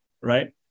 right